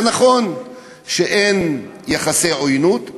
נכון שאין יחסי עוינות,